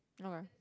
okay